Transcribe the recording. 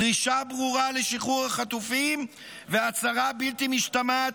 דרישה ברורה לשחרור החטופים והצהרה בלתי משתמעת